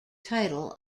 title